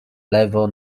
lewo